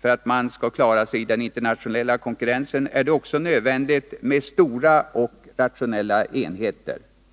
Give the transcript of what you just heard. för att man skall klara sig i den internationella konkurrensen, är det också nödvändigt med stora och rationella enheter.